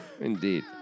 Indeed